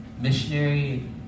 missionary